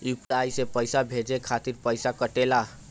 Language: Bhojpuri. यू.पी.आई से पइसा भेजने के खातिर पईसा कटेला?